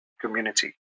community